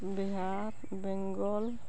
Bihar Bengal